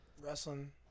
Wrestling